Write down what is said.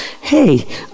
hey